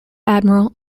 admiral